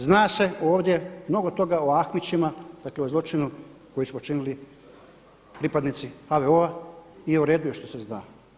Zna se ovdje mnogo toga o Ahmićima, dakle o zločinu koji su počinili pripadnici HVO-a i u redu je što se zna.